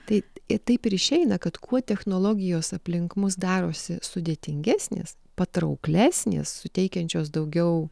tai taip ir išeina kad kuo technologijos aplink mus darosi sudėtingesnės patrauklesnės suteikiančios daugiau